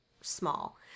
small